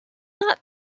not